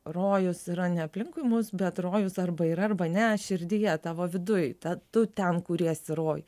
rojus yra ne aplinkui mus bet rojus arba yra arba ne širdyje tavo viduj tad ten kuriesi rojų